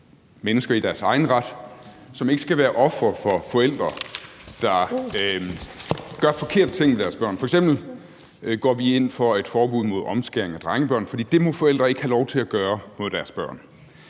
mennesker i deres egen ret, som ikke skal være ofre for forældre, der gør forkerte ting ved deres børn. F.eks. går vi ind for et forbud mod omskæring af drengebørn, for det må forældrene ikke have lov til at gøre mod deres børn.